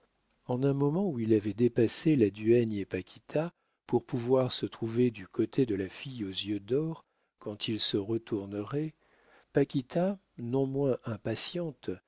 en un moment où il avait dépassé la duègne et paquita pour pouvoir se trouver du côté de la fille aux yeux d'or quand il se retournerait paquita non moins impatiente